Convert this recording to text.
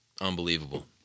unbelievable